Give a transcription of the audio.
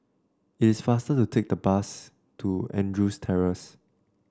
it is faster to take the bus to Andrews Terrace